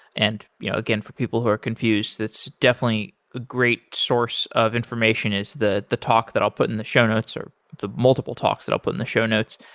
and again for people who are confused, it's definitely a great source of information is the the talk that i'll put in the show notes, or the multiple talks that i'll put in the show notes.